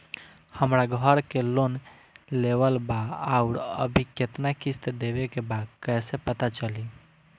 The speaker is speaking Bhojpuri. हमरा घर के लोन लेवल बा आउर अभी केतना किश्त देवे के बा कैसे पता चली?